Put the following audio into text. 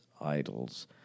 idols